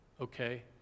okay